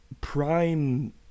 prime